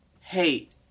hate